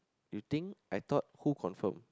you think I thought who confirm